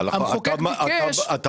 המחוקק ביקש --- על החוק?